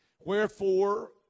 Wherefore